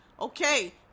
okay